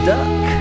Duck